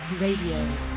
Radio